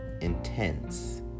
intense